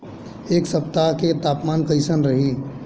एह सप्ताह के तापमान कईसन रही?